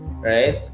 right